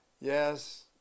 Yes